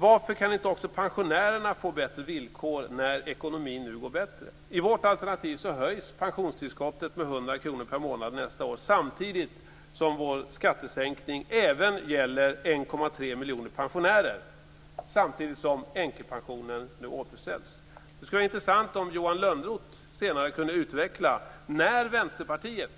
Varför kan inte också pensionärerna få bättre villkor när ekonomin nu går bättre. I vårt alternativ höjs pensionstillskottet med 100 kr per månad nästa år samtidigt som vår skattesänkning även gäller 1,3 miljoner pensionärer. Dessutom återställs änkepensionen. Det skulle vara intressant om Johan Lönnroth senare kunde utveckla när Vänsterpartiet